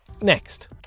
Next